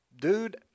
dude